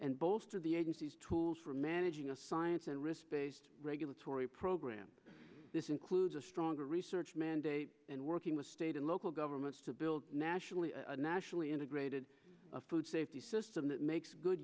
and bolster the agency's tools for managing a science and risk based regulatory program this includes a stronger research mandate and working with state and local governments to build a nationally nationally integrated food safety system that makes good